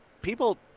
people